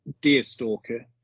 Deerstalker